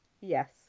Yes